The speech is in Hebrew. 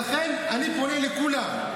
לכן אני פונה לכולם,